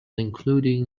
including